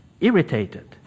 irritated